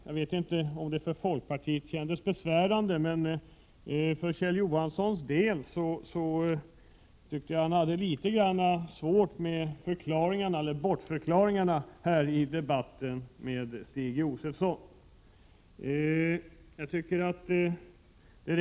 Jag vet inte om detta kändes besvärande för Kjell Johansson, men jag tyckte att han hade litet svårt med förklaringarna i debatten med Stig Josefson.